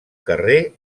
carrer